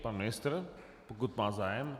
Pan ministr, pokud má zájem.